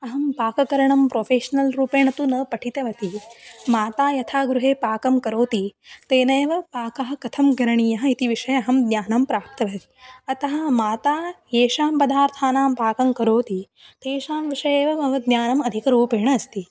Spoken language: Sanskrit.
अहं पाककरणं प्रोफ़ेश्नल् रूपेण तु न पठितवती माता यथा गृहे पाकं करोति तेनैव पाकः कथं करणीयः इति विषये अहं ज्ञानं प्राप्तवती अतः माता येषां पदार्थानां पाकं करोति तेषां विषये एव मम ज्ञानम् अधिकरूपेण अस्ति